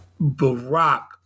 Barack